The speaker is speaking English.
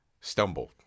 stumbled